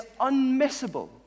unmissable